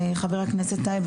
לחבר הכנסת טייב,